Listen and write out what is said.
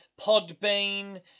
Podbean